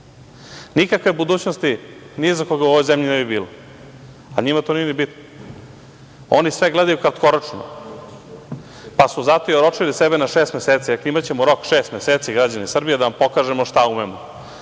Nikakve budućnosti ni za koga u ovoj zemlji ne bi bilo. Njima to nije ni bitno. Oni sve gledaju kratkoročno, pa su zato oročili sebe na šest meseci. Eto, imaćemo rok šest meseci, građani Srbije, da vam pokažemo šta umemo.